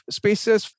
spaces